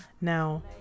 Now